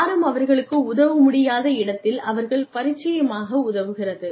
யாரும் அவர்களுக்கு உதவ முடியாத இடத்தில் அவர்கள் பரிச்சயமாக உதவுகிறது